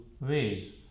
ways